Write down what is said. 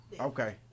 Okay